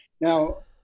now